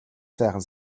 сайхан